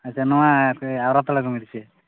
ᱟᱪᱪᱷᱟ ᱱᱚᱣᱟ ᱟᱣᱲᱟᱛᱚᱞᱟ ᱠᱟᱱᱟ ᱥᱮ ᱪᱮᱫ